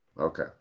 okay